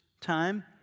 time